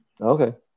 Okay